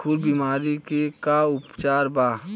खुर बीमारी के का उपचार बा?